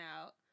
out